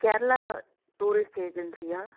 Kerala tourist ஏஜென்சியா